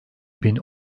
bin